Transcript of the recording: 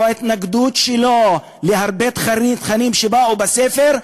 את ההתנגדות שלו להרבה תכנים שהיו בספר,